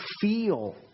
feel